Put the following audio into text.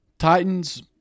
titans